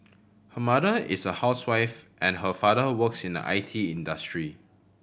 her mother is a housewife and her father works in the I T industry